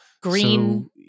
green